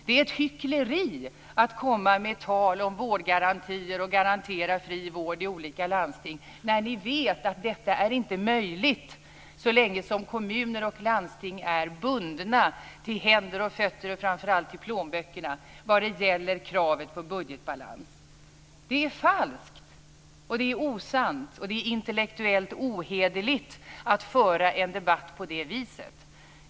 Det är hyckleri att komma med tal om vårdgarantier och garantera fri vård i olika landsting när ni vet att detta inte är möjligt så länge som kommuner och landsting är bundna till händer och fötter och framför allt till plånböckerna vad gäller kravet på budgetbalans. Det är falskt, och det är osant, och det är intellektuellt ohederligt att föra en debatt på det viset.